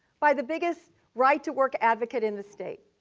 by the biggest right-to-work advocate in the state.